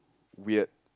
weird